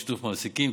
בשיתוף המעסיקים,